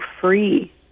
free